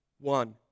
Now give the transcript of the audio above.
one